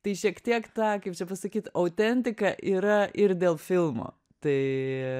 tai šiek tiek ta kaip čia pasakyt autentika yra ir dėl filmo tai